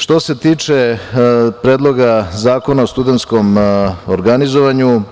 Što se tiče Predloga Zakona o studentskom organizovanju,